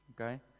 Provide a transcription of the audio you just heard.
Okay